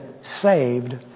saved